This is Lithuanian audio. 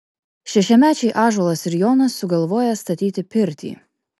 šešiamečiai ąžuolas ir jonas sugalvoja statyti pirtį